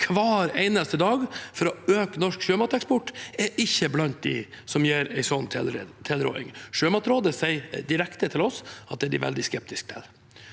hver eneste dag for å øke norsk sjømateksport, er ikke blant dem som gir en slik tilråding. Sjømatrådet sier direkte til oss at de er veldig skeptiske til